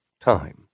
Time